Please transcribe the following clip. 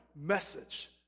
message